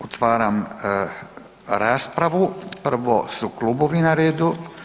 Otvaram raspravu, prvo su klubovi na redu.